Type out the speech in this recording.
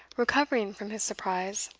recovering from his surprise,